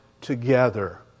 together